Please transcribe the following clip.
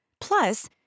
Plus